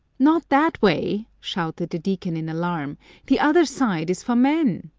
not that way! shouted the deacon in alarm the other side is for men,